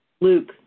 Luke